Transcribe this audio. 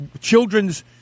children's